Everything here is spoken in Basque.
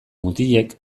mutilek